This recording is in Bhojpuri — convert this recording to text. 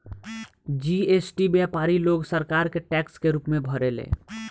जी.एस.टी व्यापारी लोग सरकार के टैक्स के रूप में भरेले